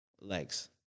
legs